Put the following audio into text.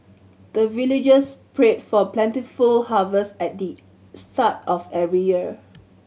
the villagers pray for plentiful harvest at the start of every year